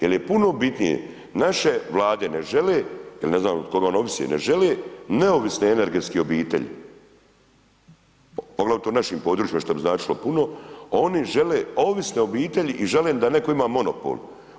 Jel je puno bitnije, naše Vlade ne žele, jel ne znam od koga on ovisi, ne žele neovisne energetske obitelji, poglavito u našim područjima, što bi značilo puno, oni žele ovisne obitelji i žele da netko ima monopol.